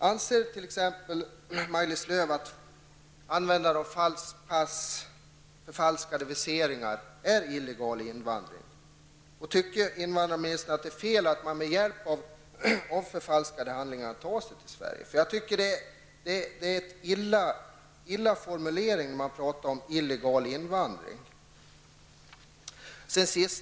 Anser Maj-Lis Lööw att användandet av falska pass och falska viseringar innebär illegal invandring? Tycker invandrarministern att det är fel att man med hjälp av falska handlingar tar sig till Sverige? Jag anser att invandrarministerns formulering i det här avseendet är olycklig.